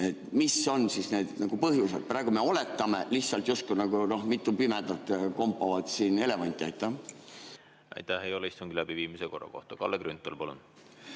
mis on need põhjused? Praegu me oletame lihtsalt, justkui mitu pimedat kompavad siin elevanti. Aitäh! See ei ole istungi läbiviimise korra kohta. Kalle Grünthal,